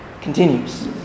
continues